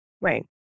Right